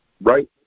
right